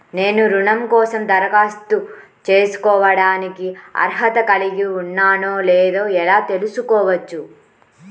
నేను రుణం కోసం దరఖాస్తు చేసుకోవడానికి అర్హత కలిగి ఉన్నానో లేదో ఎలా తెలుసుకోవచ్చు?